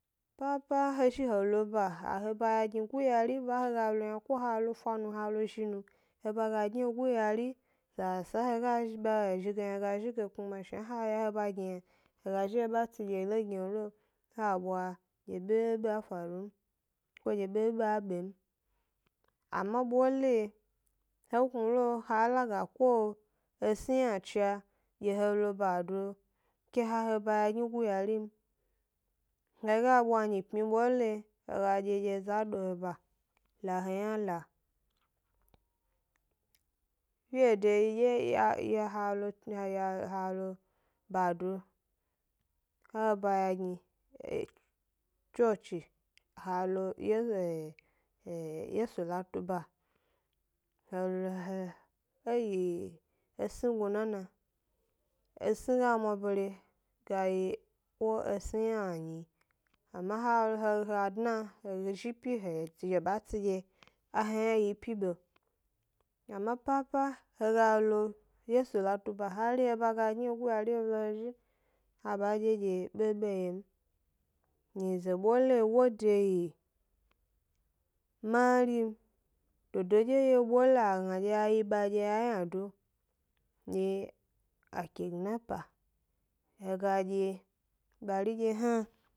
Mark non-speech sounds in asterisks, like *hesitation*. Papa he zhi he lo ba ha he ba ya gni guyari, ba he ga lo yna ko ha lo fa nu ha lo zhi nu he ga ya eba guyari, sasa he ga zhi ba he ge he zhi ge yna he ga zhi ge n kuma shna ha ya he ba gni he ga zhi he ba tsi dye lo gni lo lo l bebe a faru ko dye bedo a be m, ama bole he knu lo h laga ko dye asnu gnu yna cha dye he lo ba do ke ha he ba ya gni guya ri ml he ga bwa nyi pmi bole he ga dye dye eza a do he ba ke a la he yna la, fede yidye ya knaya dye ya lo ba do la ba ya gni cociha lo ye *hesitation* yesu la tu ba, he lo he *hesitation* yi esni gnu nana, esni ga mwabere ga yi ko esni yna nyi ama he he hah dna he zhi he ga zhi he ba tsi a yna wyi e pyi be. Ama papa he lo yesu latu ba hari eba gio guya ri he lo he zhi ha ba dye dye bebe yio m, nyize bole wo de yi mari m, dodo dye yio bole a gna dye, a yi ba aynado dye a kiginapa, he dye ba ri dye hna